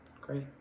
Great